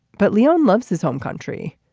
but leone loves his home country.